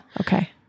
Okay